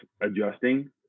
adjusting